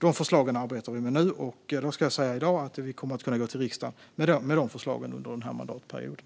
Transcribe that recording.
Dessa förslag arbetar vi med nu, och jag kan säga i dag att vi kommer att kunna gå till riksdagen med dem under den här mandatperioden.